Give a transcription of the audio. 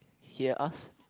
hear us